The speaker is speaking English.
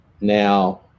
now